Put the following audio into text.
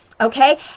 okay